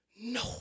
No